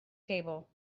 table